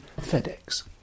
FedEx